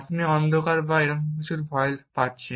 আপনি অন্ধকার বা এরকম কিছুর ভয় পাচ্ছেন